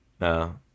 No